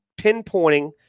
pinpointing